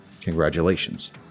Congratulations